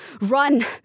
run